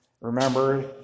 Remember